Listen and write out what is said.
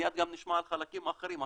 מיד גם נשמע חלקים אחרים,